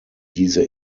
diese